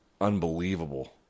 unbelievable